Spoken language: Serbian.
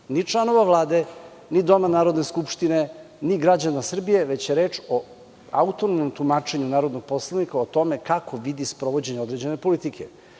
ni članova Vlade, ni Doma Narodne skupštine, ni građana Srbije, već je reč o autonomnom tumačenju narodnog poslanika o tome kako vidi sprovođenje određene politike.